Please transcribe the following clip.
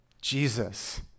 Jesus